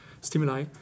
stimuli